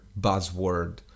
buzzword